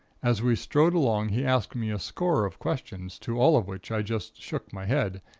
as we strode along he asked me a score of questions, to all of which i just shook my head,